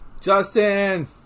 Justin